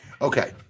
okay